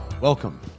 welcome